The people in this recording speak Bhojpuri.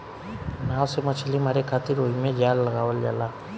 नाव से मछली मारे खातिर ओहिमे जाल लगावल जाला